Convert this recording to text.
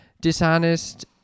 dishonest